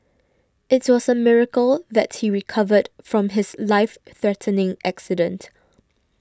it was a miracle that he recovered from his life threatening accident